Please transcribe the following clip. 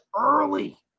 early